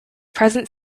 present